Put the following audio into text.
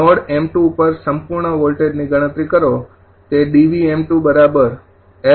node 𝑚૨ ઉપર સંપૂર્ણ વોલ્ટેજ ની ગણતરી કરો તે 𝐷𝑉𝑚૨𝐴𝐵𝑆𝑉𝑚૨−𝑉𝑉𝑚૨